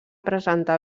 presentar